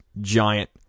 giant